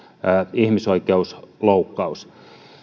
ihmisoikeusloukkaus